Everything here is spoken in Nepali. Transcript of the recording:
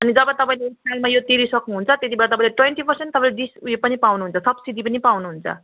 अनि जब तपाईँले सालमा यो तिरी सक्नुहुन्छ त्यति बेला तपाईँले ट्वेन्टी पर्सेन्ट तपईँले बिस उयो पनि पाउनुहुन्छ सब्सिडी पनि पाउनुहुन्छ